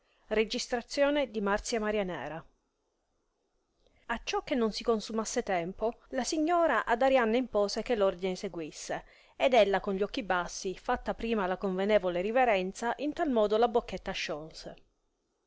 e quella sommamente comendò ed acciò che non si consumasse tempo la signora ad arianna impose che r ordine seguisse ed ella con gli occhi bassi fatta prima la convenevole riverenza in tal modo la bocchetta sciolse